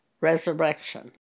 resurrection